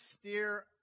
steer